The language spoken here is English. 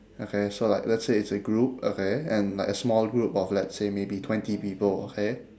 okay so like let's say it's a group okay and like a small group of let's say maybe twenty people okay